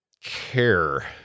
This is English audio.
care